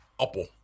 Apple